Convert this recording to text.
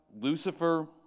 Lucifer